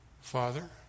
father